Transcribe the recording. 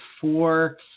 four